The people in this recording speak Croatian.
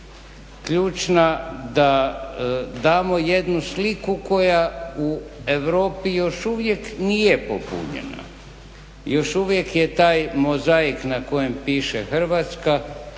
ključna, da damo jednu sliku koja u Europi još uvijek nije popunjena, još uvijek je taj mozaik na kojem piše Hrvatska